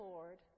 Lord